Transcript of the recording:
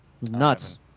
Nuts